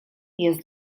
jest